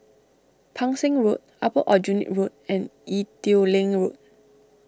Pang Seng Road Upper Aljunied Road and Ee Teow Leng Road